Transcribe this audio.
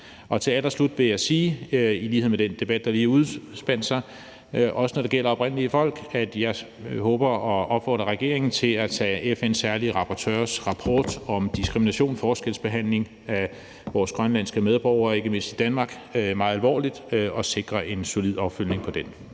til allersidst vil jeg sige: I lighed med den debat, der lige udspandt sig, også når det gælder oprindelige folk, håber jeg og opfordrer regeringen til at tage FN's særlige rapporteurs rapport om diskrimination og forskelsbehandling af vores grønlandske medborgere, ikke mindst i Danmark, meget alvorligt, og sikre en solid opfølgning på den.